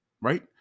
right